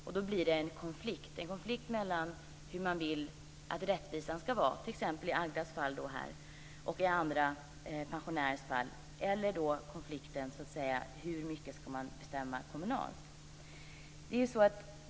Och då blir det en konflikt mellan hur man vill att rättvisan ska vara, t.ex. i Agdas fall och i andra pensionärers fall, och hur mycket man ska bestämma kommunalt.